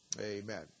Amen